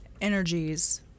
energies